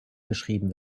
geschrieben